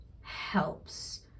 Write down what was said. helps